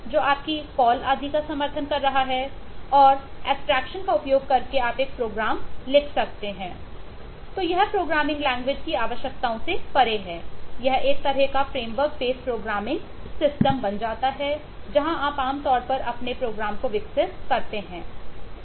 तो यह programming language को विकसित करते हैं